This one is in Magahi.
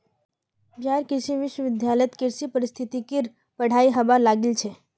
बिहार कृषि विश्वविद्यालयत कृषि पारिस्थितिकीर पढ़ाई हबा लागिल छ